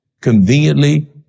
conveniently